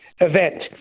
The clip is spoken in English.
event